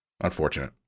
unfortunate